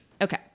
Okay